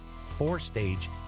four-stage